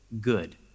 good